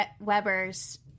Weber's